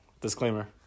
disclaimer